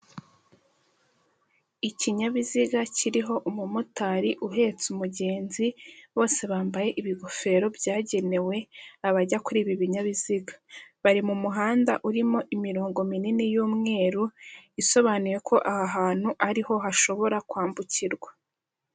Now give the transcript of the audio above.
Ikinyabiziga kiriho umumotari uhetse umugenzi bose bambaye ibigofero byagenewe abajya kuri ibi binyabiziga, bari mu muhanda urimo imirongo minini y'umweru isobanuye ko aha hantu ariho hashobora kwambukirwa.